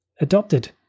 adopted